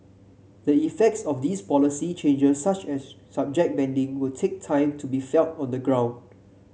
the effects of these policy changes such as subject banding will take time to be felt on the ground